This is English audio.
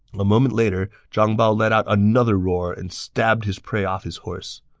a moment later, zhang bao let out another roar and stabbed his prey off his horse.